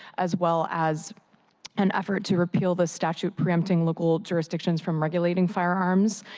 as well as an effort to repeal the statute preempting local jurisdictions from regular eating firearms.